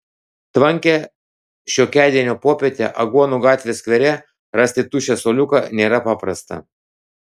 tvankią šiokiadienio popietę aguonų gatvės skvere rasti tuščią suoliuką nėra paprasta